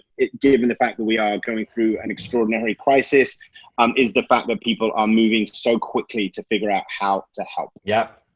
it giving the fact that we are going through an extraordinary crisis um is the fact that people are moving so quickly to figure out how to help. yup,